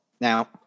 Now